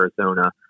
Arizona